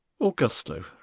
Augusto